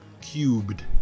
cubed